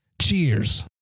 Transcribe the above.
Cheers